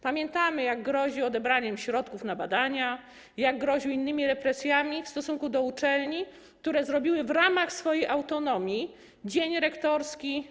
Pamiętamy, jak groził odebraniem środków na badania, jak groził innymi represjami w stosunku do uczelni, które wprowadziły w ramach swojej autonomii dzień rektorski.